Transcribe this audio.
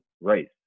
Race